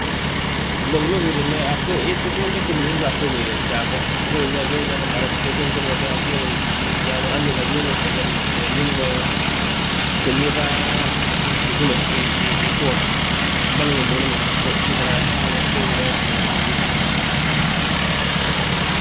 Mbo gi ma nhúrin be, uu ggidi nhúri gi a ftuugi fjaa fo, gi ma binyaa bo garot, han ño ndi gi mo ngi borobilem, he ndi ngí mo ginbiiŧa mboli ngi nduulu ngi gjagtu. Ge fana ge, ge gimeges mo, ginbiiŧa ggíti gii biñaŋ ma